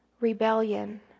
rebellion